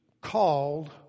called